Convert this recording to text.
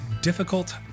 Difficult